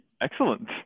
Excellent